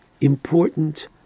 important